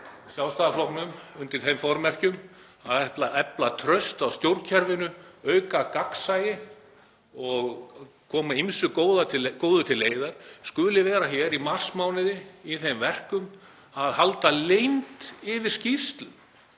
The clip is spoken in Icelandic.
Sjálfstæðisflokknum undir þeim formerkjum að ætla að efla traust á stjórnkerfinu, auka gagnsæi og koma ýmsu góðu til leiðar, myndi vera hér í marsmánuði í þeim verkum að halda leynd yfir skýrslu